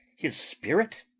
his spirit?